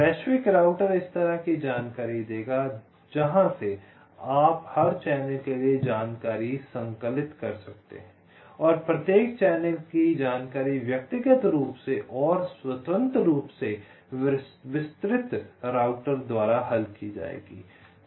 वैश्विक राउटर इस तरह की जानकारी देगा जहां से आप हर चैनल के लिए जानकारी संकलित कर सकते हैं और प्रत्येक चैनल की जानकारी व्यक्तिगत रूप से और स्वतंत्र रूप से विस्तृत राउटर द्वारा हल की जाएगी